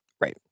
Right